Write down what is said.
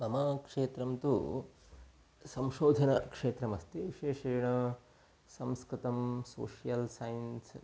मम क्षेत्रं तु संशोधनं क्षेत्रमस्ति विशेषेण संस्कृतं सोशियल् सैन्स्